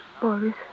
Boris